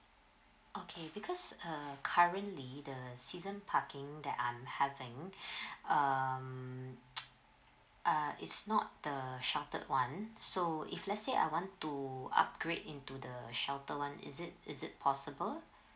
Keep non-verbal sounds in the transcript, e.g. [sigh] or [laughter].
okay because uh currently the season parking that I'm having [breath] um [noise] uh it's not the sheltered one so if let's say I want to upgrade into the sheltered one is it is it possible